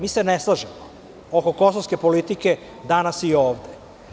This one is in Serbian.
Mi se ne slažemo oko kosovske politike danas i ovde.